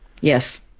Yes